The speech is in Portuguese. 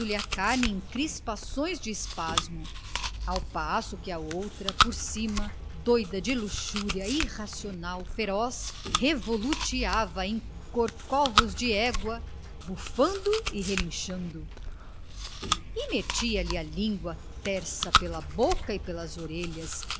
carne em crispações de espasmo ao passo que a outra por cima doida de luxúria irracional feroz revoluteava em corcovos de égua bufando e relinchando e metia lhe a língua tesa pela boca e pelas orelhas